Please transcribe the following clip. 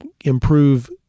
improve